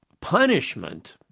punishment